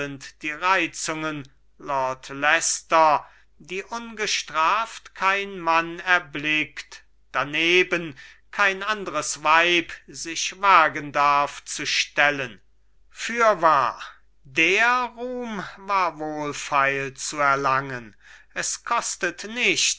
die reizungen lord leicester die ungestraft kein mann erblickt daneben kein andres weib sich wagen darf zu stellen fürwahr der ruhm war wohlfeil zu erlangen es kostet nichts